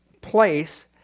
place